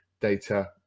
data